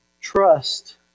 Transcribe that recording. Trust